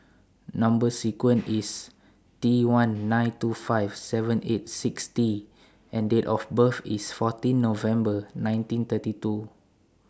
Number sequence IS T one nine two five seven eight six T and Date of birth IS fourteen November nineteen thirty two